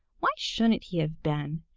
why shouldn't he have been?